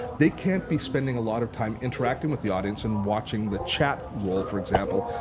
they can't be spending a lot of time interacting with the audience and watching the chat roll, for example.